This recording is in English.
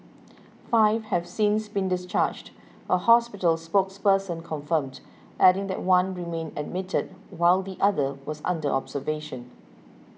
five have since been discharged a hospital spokesperson confirmed adding that one remained admitted while the other was under observation